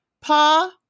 Pa